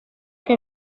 que